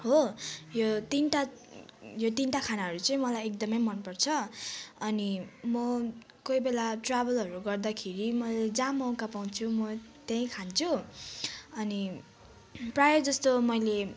हो यो तिनवटा यो तिनवटा खानाहरू चाहिँ मलाई एकदमै मन पर्छ अनि म कोही बेला ट्राभलहरू गर्दाखेरि मलाई म जहाँ मौका पाउँछु म त्यहीँ खान्छु अनि प्रायः जस्तो मैले